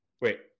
Wait